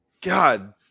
God